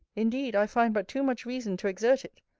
indeed, i find but too much reason to exert it,